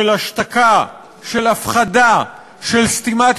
של השתקה, של הפחדה, של סתימת פיות.